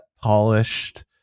polished